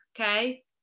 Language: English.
okay